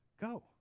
go